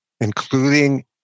including